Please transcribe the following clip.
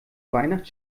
weihnacht